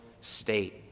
state